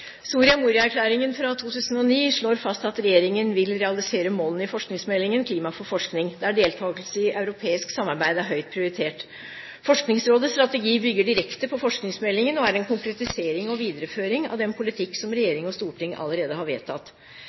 fra 2009 slår fast at regjeringen vil realisere målene i forskningsmeldingen Klima for forskning, der deltagelse i europeisk samarbeid er høyt prioritert. Forskningsrådets strategi bygger direkte på forskningsmeldingen og er en konkretisering og videreføring av den politikk som regjering og storting allerede har vedtatt.